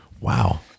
Wow